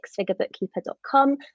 sixfigurebookkeeper.com